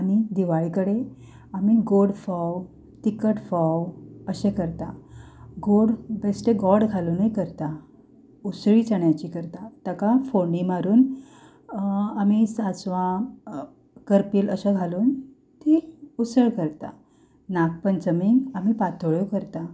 आनी दिवाळे कडेन आमी गोड फोव तिखट फोव अशे करता गोड बेश्टे गोड घालुनूच करता उसळी चण्याची करता ताका फोडणी मारून आमी लवंगां करपेल अशे घालून ती उसळ करता नागपंचमीक आमी पातोळ्यो करता